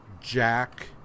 Jack